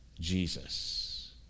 Jesus